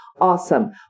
Awesome